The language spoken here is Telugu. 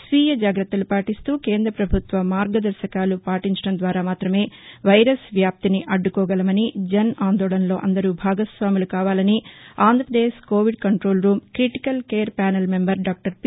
స్వీయ జాగ్రత్తలు పాటిస్తూ కేంద్ర పభుత్వ మార్గదర్శకాలు పాటించడం ద్వారా మాత్రమే వైరస్ వ్యాప్తిని అడ్డుకోగలమని జన్ ఆందోళన్లో అందరూ భాగస్వాములు కావాలని ఆంధ్రపదేక్ Covid control room critical care panel member doctor P